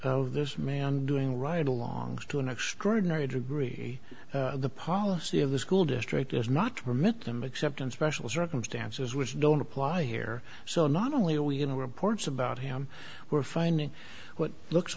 of this man doing right along to an extraordinary degree the policy of the school district is not to permit them except in special circumstances which don't apply here so not only are we going to reports about him we're finding what looks